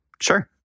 Sure